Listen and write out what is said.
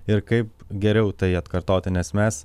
ir kaip geriau tai atkartoti nes mes